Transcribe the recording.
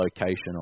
location